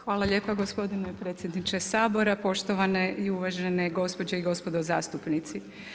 Hvala lijepa gospodine predsjedniče Sabora, poštovane i uvažene gospođe i gospodo zastupnici.